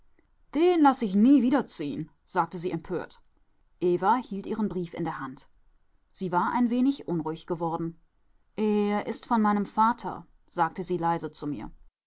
den laß ich nie wieder ziehen sagte sie empört eva hielt ihren brief in der hand sie war ein wenig unruhig geworden er ist von meinem vater sagte sie leise zu mir